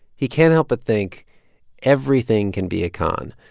he can't help but think everything can be a con,